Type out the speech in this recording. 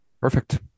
Perfect